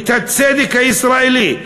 את הצדק הישראלי,